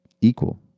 equal